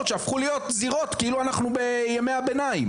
כשאני שומע ורואה את הקללות וגם את כל הנאצה כלפי,